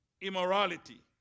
immorality